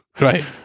right